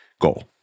goal